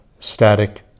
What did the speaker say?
Static